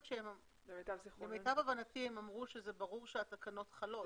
למיטב הבנתי הם אמרו שזה ברור שהתקנות חלות.